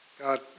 God